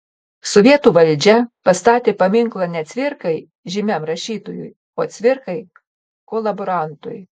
sovietų valdžia pastatė paminklą ne cvirkai žymiam rašytojui o cvirkai kolaborantui